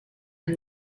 and